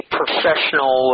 professional